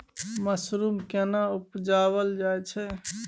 Mushroom केना उबजाबल जाय छै?